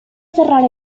cerrar